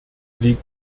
sie